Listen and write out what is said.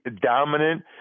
dominant